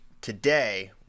today